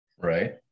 Right